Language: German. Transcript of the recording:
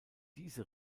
diese